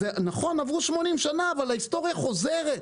נכון עברו 80 שנה, אבל ההיסטוריה חוזרת,